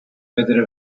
wither